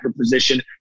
position